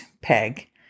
peg